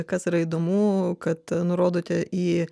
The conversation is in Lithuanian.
kas yra įdomu kad nurodote į